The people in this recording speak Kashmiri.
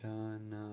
جاناوار